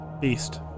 beast